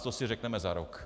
To si řekneme za rok.